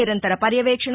నిరంతర పర్యవేక్షణ